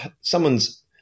someone's